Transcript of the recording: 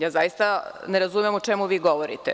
Ja zaista ne razumem o čemu vi govorite.